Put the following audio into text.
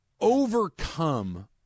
overcome